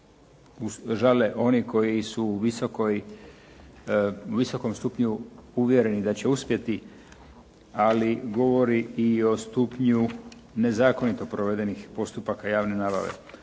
žale oni koji su u visokom stupnju uvjereni da će uspjeti, ali govori i o stupnju nezakonito provedenih postupaka javne nabave.